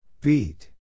beat